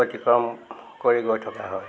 অতিক্ৰম কৰি গৈ থকা হয়